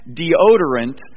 deodorant